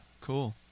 cool